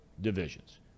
divisions